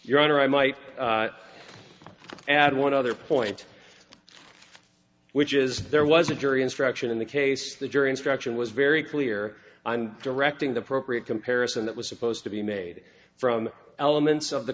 honor i might add one other point which is there was a jury instruction in the case the jury instruction was very clear i'm directing the pro create comparison that was supposed to be made from elements of the